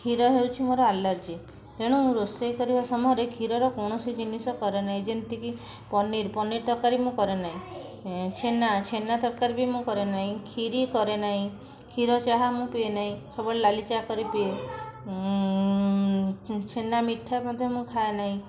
କ୍ଷୀର ହେଉଛି ମୋର ଆଲର୍ଜି ତେଣୁ ରୋଷେଇ କରିବା ସମୟରେ କ୍ଷୀରର କୌଣସି ଜିନିଷ କରେ ନାହିଁ ଯେମିତିକି ପନିର୍ ପନିର୍ ତରକାରୀ ମୁଁ କରେ ନାହିଁ ଉଁ ଛେନା ଛେନା ତରକାରୀ ବି ମୁଁ କରେ ନାହିଁ ଖିରି କରେ ନାହିଁ କ୍ଷୀର ଚାହା ମୁଁ ପିଏ ନାହିଁ ସବୁବେଳେ ଲାଲି ଚାହା କରି ପିଏ ଛେନା ମିଠା ମଧ୍ୟ ମୁଁ ଖାଏ ନାହିଁ